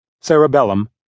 cerebellum